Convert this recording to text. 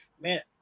man